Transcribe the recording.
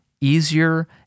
easier